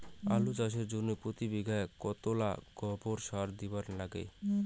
আলু চাষের জইন্যে প্রতি বিঘায় কতোলা গোবর সার দিবার লাগে?